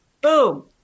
Boom